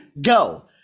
go